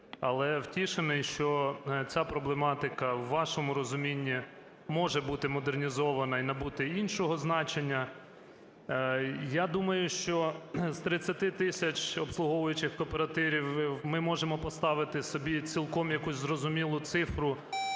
але втішений, що ця проблематика в вашому розумінні може бути модернізована і набути іншого значення. Я думаю, що з 30 тисяч обслуговуючих кооперативів ми можемо поставити собі цілком якусь зрозумілу цифр: